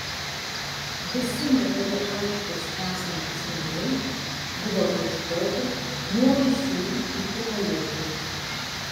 visi netoli aikštės esantys namai buvo apieškoti nuo rūsių iki palėpių